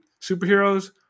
superheroes